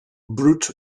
brute